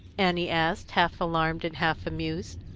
annie asked, half alarmed and half amused,